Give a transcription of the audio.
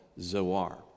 Zoar